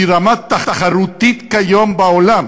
שהיא רמה תחרותית כיום בעולם,